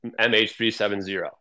MH370